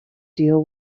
deal